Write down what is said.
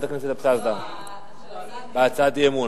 בהצעת אי-אמון.